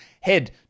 head